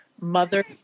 mother